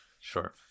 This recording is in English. Sure